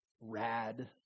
rad